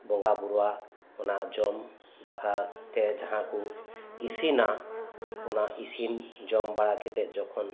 ᱵᱚᱸᱜᱟ ᱵᱩᱨᱩᱣᱟᱜ ᱚᱱᱟ ᱡᱚᱢ ᱵᱟᱠᱷᱨᱟ ᱛᱮ ᱡᱟᱦᱟᱸ ᱠᱚ ᱤᱥᱤᱱᱟ ᱚᱱᱟ ᱤᱥᱤᱱ ᱡᱚᱢ ᱵᱟᱲᱟ ᱠᱟᱛᱮ ᱡᱮᱠᱷᱚᱱ